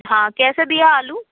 हाँ कैसे दिए आलू